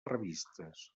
revistes